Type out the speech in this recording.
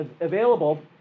available